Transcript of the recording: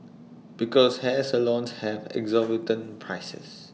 because hair salons have exorbitant prices